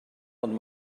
ond